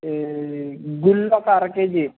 గుళ్ళు ఒక అరకేజీ